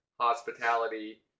hospitality